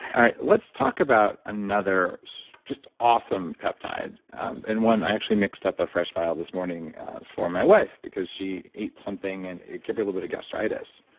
all right, let's talk about another just awesome peptide and one, i actually mixed up a fresh vial this morning for my wife because she ate something and it gave her a little bit of gastritis.